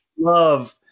Love